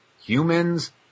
humans